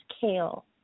kale